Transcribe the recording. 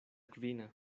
kvina